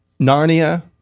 Narnia